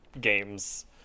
games